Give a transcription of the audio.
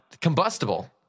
Combustible